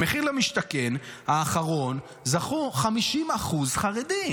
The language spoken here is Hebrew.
במחיר למשתכן האחרון זכו 50% חרדים.